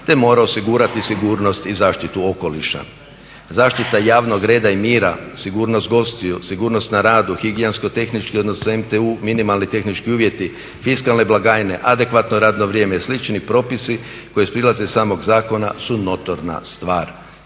te mora osigurati sigurnost i zaštitu okoliša. Zaštita javnog reda i mira, sigurnost gostiju, sigurnost na radu, higijensko tehnički odnos MTU, minimalno tehnički uvjeti, fiskalne blagajne, adekvatno rado vrijeme i slični propisi koji proizlaze iz samog zakona su notorna stvar.